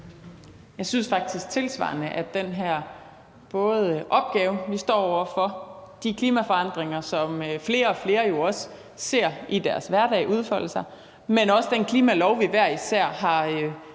Jeg synes faktisk tilsvarende, at den her opgave, vi står over for, de klimaforandringer, som flere og flere jo også ser i deres hverdag udfolde sig, men også den klimalov, vi hver især har forpligtet